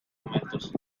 argumentos